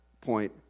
point